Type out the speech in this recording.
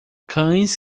cães